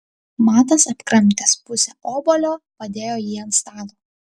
matas apkramtęs pusę obuolio padėjo jį ant stalo